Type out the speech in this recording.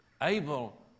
Abel